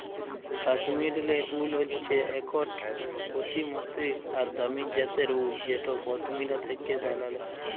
কাশ্মীরলে wool হচ্যে একট অতি মসৃল আর দামি জ্যাতের উল যেট পশমিলা থ্যাকে ব্যালাল হয়